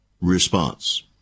response